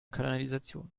kanalisation